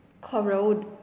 Corrode